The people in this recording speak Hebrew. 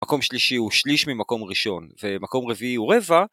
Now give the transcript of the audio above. מקום שלישי הוא שליש ממקום ראשון, ומקום רביעי הוא רבע.